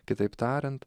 kitaip tariant